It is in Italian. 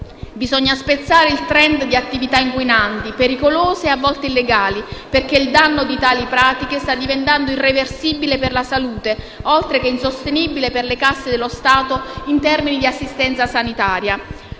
Bisogna spezzare il *trend* delle attività inquinanti, pericolose e a volte illegali, perché il danno di tali pratiche sta diventando irreversibile per la salute, oltre che insostenibile per le casse dello Stato in termini di assistenza sanitaria.